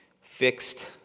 fixed